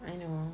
I know